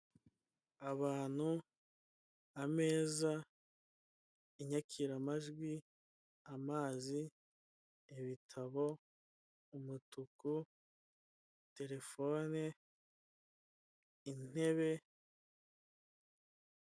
Abantu, ameza, inyakiramajwi, amazi, ibitabo, umutuku, terefone, intebe.